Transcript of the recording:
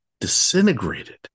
disintegrated